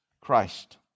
Christ